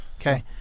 okay